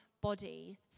body